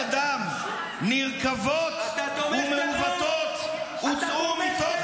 -- גופות אדם נרקבות ומעוותות הוצאו מתוך